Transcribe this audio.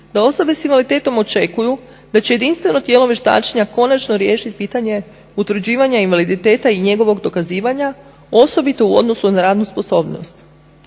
da osobe s invaliditetom očekuju da će jedinstveno tijelo vještačenja konačno riješiti pitanje utvrđivanja invaliditeta i njegovog dokazivanja osobito u odnosu na radnu sposobnost.